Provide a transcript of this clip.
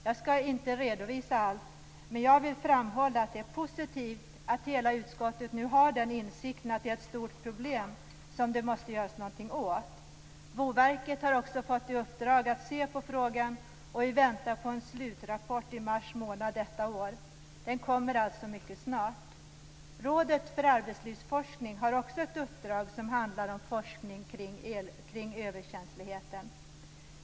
Jag skall inte redovisa allt, men jag vill framhålla att det är positivt att hela utskottet nu har insikten att det är ett stort problem som det måste göras något åt. Boverket har fått i uppdrag att se på frågan, och vi väntar på en slutrapport i mars månad detta år. Den kommer alltså mycket snart. Rådet för arbetslivsforskning har också ett uppdrag som handlar om forskning kring överkänsligheten.